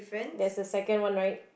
there's a second one right